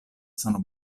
sono